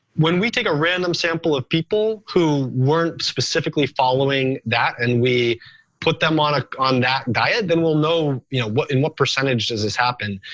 when we take a random sample of people who weren't specifically following that and we put them on ah on that diet, then we'll know, you know what in what percentage does this happen.